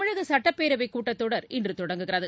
தமிழக சட்டப்பேரவை கூட்டத் தொடர் இன்று தொடங்குகிறது